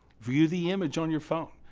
view the image on your phone,